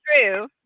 true